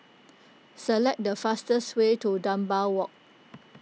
select the fastest way to Dunbar Walk